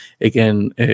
again